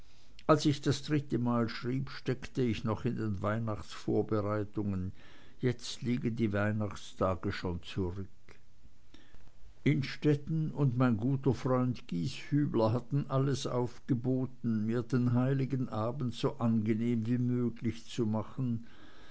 als ich das letztemal schrieb steckte ich noch in den weihnachtsvorbereitungen jetzt liegen die weihnachtstage schon zurück innstetten und mein guter freund gieshübler hatten alles aufgeboten mir den heiligen abend so angenehm wie möglich zu machen